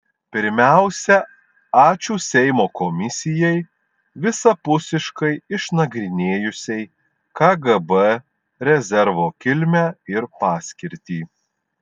pirmiausia ačiū seimo komisijai visapusiškai išnagrinėjusiai kgb rezervo kilmę ir paskirtį